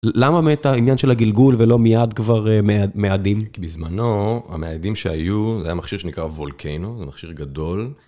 למה מת העניין של הגלגול ולא מייד כבר מאדים כי בזמנו המאדים שהיו המכשיר שנקרא Volcano זה מכשיר גדול.